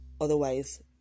otherwise